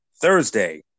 Thursday